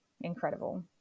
incredible